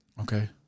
Okay